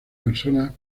personas